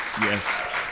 Yes